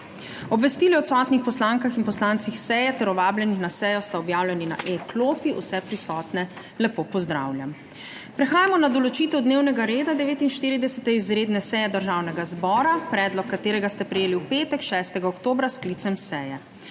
Obvestili o odsotnih poslankah in poslancih seje ter o vabljenih na sejo sta objavljeni na e-klopi. Vse prisotne lepo pozdravljam! Prehajamo na **določitev dnevnega reda** 49. izredne seje Državnega zbora, predlog katerega ste prejeli v petek, 6. oktobra, s sklicem seje.